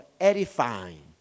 edifying